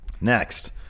Next